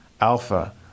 Alpha